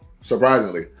surprisingly